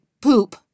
poop